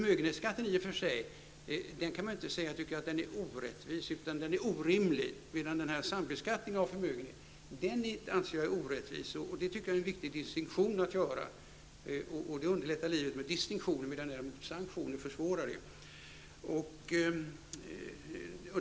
Man kan i och för sig inte säga att förmögenhetsskatten är orättvis, utan den är orimlig, medan jag anser att sambeskattningen av förmögenhet är orättvis. Detta tycker jag är en viktig distinktion att göra. Distinktioner underlättar livet, medan sanktioner försvårar det.